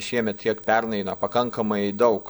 šiemet tiek pernai na pakankamai daug